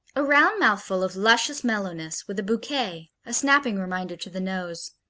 a round mouthful of luscious mellowness, with a bouquet a snapping reminder to the nose.